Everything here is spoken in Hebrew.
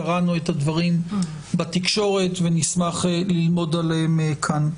קראנו את הדברים בתקשורת ונשמח ללמוד עליהם כאן.